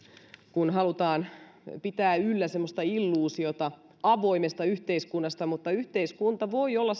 kun halutaan pitää yllä semmoista illuusiota avoimesta yhteiskunnasta mutta yhteiskunta voi olla